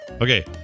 Okay